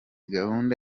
gahunda